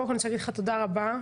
קודם כל, תודה רבה.